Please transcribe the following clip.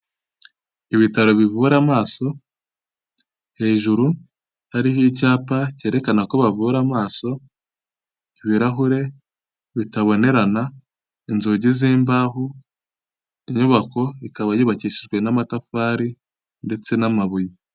Ibitaro bivura amaso, hejuru hariho icyapa cyerekana ko bavura amaso, ibirahure bitabonerana, inzugi z'imbaho, inyubako ikaba yubakishijwe n'amatafari ndetse n'amabuye.